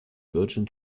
virgin